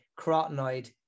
carotenoid